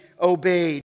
obeyed